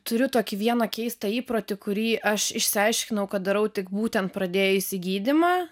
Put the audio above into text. turiu tokį vieną keistą įprotį kurį aš išsiaiškinau kad darau tik būtent pradėjusi gydymą